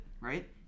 right